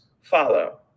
follow